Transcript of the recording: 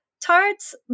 tarts